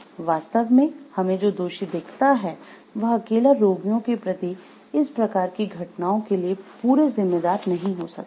वास्तव में हमें जो दोषी दिखता हैं वह अकेला रोगियों के प्रति इस प्रकार की घटनाओं के लिए पूरे जिम्मेदार नहीं हो सकता है